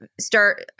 start